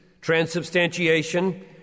transubstantiation